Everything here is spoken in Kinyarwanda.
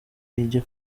iryo